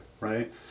Right